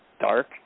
dark